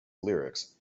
lyrics